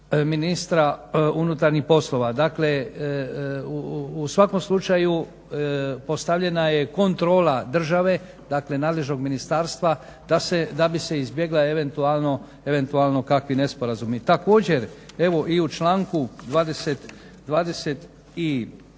ministra unutarnjih poslova. Dakle, u svakom slučaju postavljena je kontrola države, dakle nadležnog ministarstva da bi se izbjegle eventualno kakvi nesporazumi. Također, evo i u članku 22f.